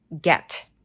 get